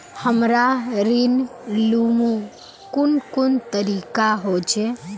हमरा ऋण लुमू कुन कुन तरीका होचे?